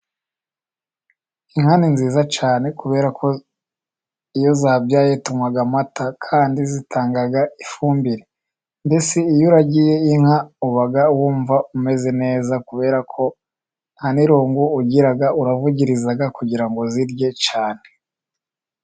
Inka ni nziza cyane. Kubera ko iyo zabyaye tunywa amata, kandi zitanga ifumbire. Mbese iyo uragiye inka uba wumva umeze neza, kubera ko nta n'irungu ugira uravugiriza kugira ngo zirye cyane.